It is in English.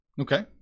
Okay